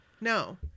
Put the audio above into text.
No